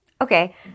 okay